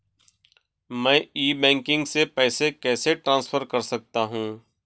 मैं e banking से पैसे कैसे ट्रांसफर कर सकता हूं?